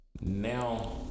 now